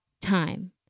time